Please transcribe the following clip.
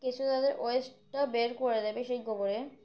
কিছু তাদের ওয়েস্টটা বের করে দেবে সেই গোবরে